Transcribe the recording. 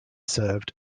served